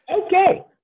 Okay